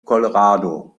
colorado